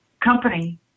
company